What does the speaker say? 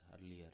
earlier